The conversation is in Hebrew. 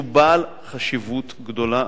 שהוא בעל חשיבות גבוהה.